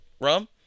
rum